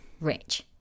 rich